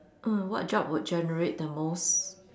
uh what job would generate the most